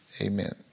Amen